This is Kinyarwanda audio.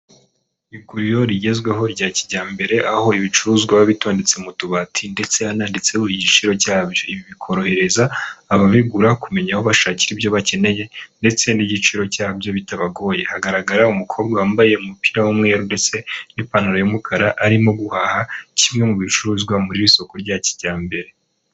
Iguriro rigezweho rya kijyambere aho ibicuruzwa bitondetse mu tubati ndetse hananditseho igiciro cyabyo, ibi bikorohereza ababigura kumenya aho bashakira ibyo bakeneye ndetse n'igiciro cyabyo bitabagoye, hagaragara umukobwa wambaye umupira w'umweru ndetse n'ipantaro y'umukara arimo guhaha kimwe mu bicuruzwa muri iri soko rya kijyambere.